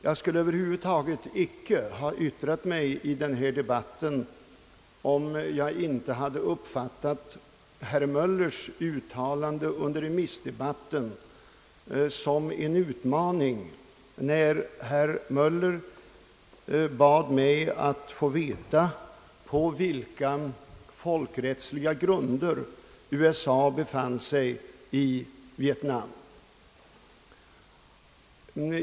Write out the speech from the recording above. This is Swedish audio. Jag skulle över huvud taget icke ha yttrat mig i denna debatt om jag icke hade uppfattat herr Möllers uttalande under remissdebatten som en utmaning, när herr Möller bad mig att få veta på vilka folkrättsliga grunder USA befann sig i Vietnam.